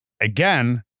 again